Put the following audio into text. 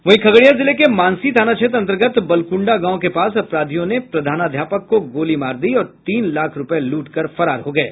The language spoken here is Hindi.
वहीं खगड़िया जिले के मानसी थाना क्षेत्र अन्तर्गत बलक्ंडा गांव के पास अपराधियों ने प्रधानाध्यापक को गोली मार दी और तीन लाख रूपये लूट कर फरार हो गये